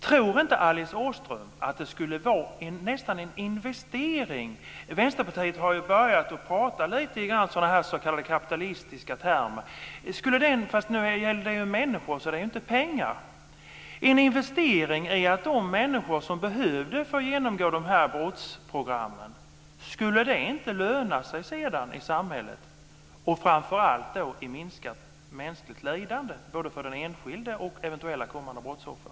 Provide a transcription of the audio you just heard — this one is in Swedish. Tror inte Alice Åström att det nästan skulle vara en investering - Vänsterpartiet har ju börjat prata i sådana kapitalistiska termer, fast nu gäller det ju människor och inte pengar - att de människor som behövde fick genomgå dessa brottsprogram? Skulle det inte löna sig sedan i samhället, framför allt i minskat mänskligt lidande för både den enskilde och eventuella kommande brottsoffer?